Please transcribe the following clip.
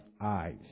eyes